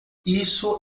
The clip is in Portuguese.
isso